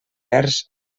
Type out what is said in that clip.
hertzs